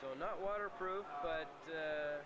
so not waterproof but